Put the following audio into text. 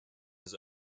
his